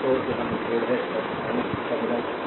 तो यह मुठभेड़ है टर्मिनल